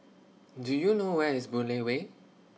Do YOU know Where IS Boon Lay Way